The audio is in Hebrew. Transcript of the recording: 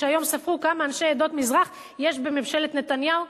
היום ספרו כמה אנשי עדות המזרח יש בממשלת נתניהו.